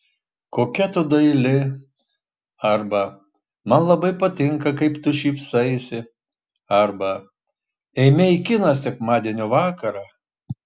kokia tu daili arba man labai patinka kaip tu šypsaisi arba eime į kiną sekmadienio vakarą